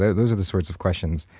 those are the sorts of questions.